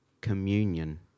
communion